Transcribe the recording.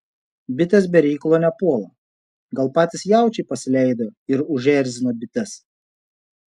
bitės be reikalo nepuola gal patys jaučiai pasileido ir užerzino bites